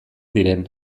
diren